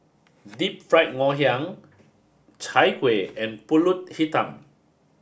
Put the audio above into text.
Deep Fried Ngoh Hiang Chai Kuih and Pulut Hitam